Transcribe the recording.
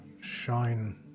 shine